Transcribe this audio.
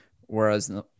Whereas